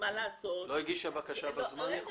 היא לא הגישה בקשה בזמן?